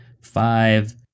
five